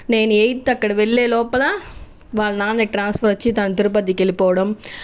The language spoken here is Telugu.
నేను ఎయిత్ అక్కడి వెళ్ళేలోపల వాళ్ళ నాన్న ట్రాన్స్ఫర్ వచ్చి తను తిరుపతికి వెళ్ళిపోవడం